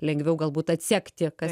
lengviau galbūt atsekti kas